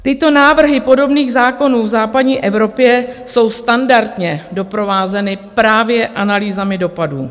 Tyto návrhy podobných zákonů v západní Evropě jsou standardně doprovázeny právě analýzami dopadů.